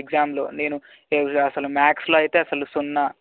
ఎగ్జామ్లో నేను నేను అసలు మాథ్స్లో అయితే అసలు సున్నా